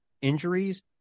injuries